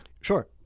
Sure